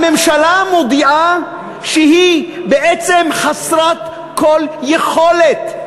הממשלה מודיעה שהיא בעצם חסרת כל יכולת.